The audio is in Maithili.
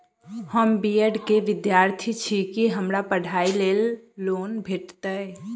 हम बी ऐड केँ विद्यार्थी छी, की हमरा पढ़ाई लेल लोन भेटतय?